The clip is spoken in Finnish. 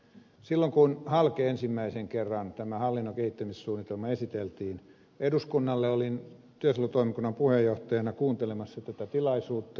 silloin kun halke ensimmäisen kerran tämä hallinnon kehittämissuunnitelma esiteltiin eduskunnalle olin työsuojelutoimikunnan puheenjohtajana kuuntelemassa tätä tilaisuutta